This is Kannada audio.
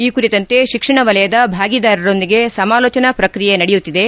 ಈ ಕುರಿತಂತೆ ಶಿಕ್ಷಣ ವಲಯದ ಭಾಗಿದಾರರೊಂದಿಗೆ ಸಮಾಲೋಚನಾ ಪ್ರಕ್ರಿಯೆ ನಡೆಯುತ್ತಿದೆ